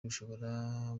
bishobora